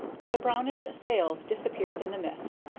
and the brownish sails disappeared in the mist,